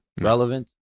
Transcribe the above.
relevant